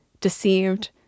Deceived